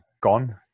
gone